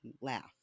laugh